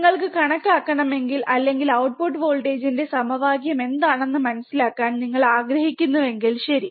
നിങ്ങൾക്ക് കണക്കാക്കണമെങ്കിൽ അല്ലെങ്കിൽ ഔട്ട്പുട്ട് വോൾട്ടേജിന്റെ സമവാക്യം എന്താണെന്ന് മനസിലാക്കാൻ നിങ്ങൾ ആഗ്രഹിക്കുന്നുവെങ്കിൽ ശരി